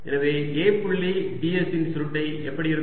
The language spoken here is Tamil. எனவே A புள்ளி ds இன் சுருட்டை எப்படி இருக்கும்